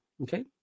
Okay